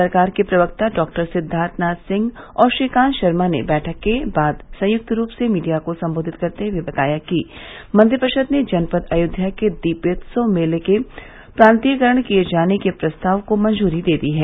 सरकार के प्रवक्ता डॉक्टर सिद्वार्थनाथ सिंह और श्रीकांत शर्मा ने बैठक के बाद संयुक्त रूप से मीडिया को सम्बोधित करते हुए बताया कि मंत्रिपरिषद ने जनपद अयोध्या के दीपोत्सव मेले के प्रांतीयकरण किये जाने के प्रस्ताव को मंजूरी दे दी है